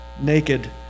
naked